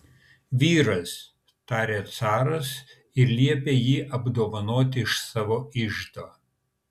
vyras tarė caras ir liepė jį apdovanoti iš savo iždo